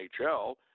NHL